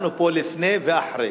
אנחנו פה לפני ואחרי.